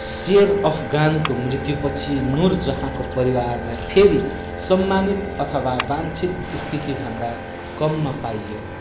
शेर अफगानको मृत्युपछि नुरजहाँको परिवारलाई फेरि सम्मानित अथवा वाञ्छित स्थितिभन्दा कममा पाइयो